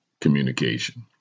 communication